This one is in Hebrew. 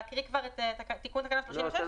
להקריא כבר את תיקון תקנה 36?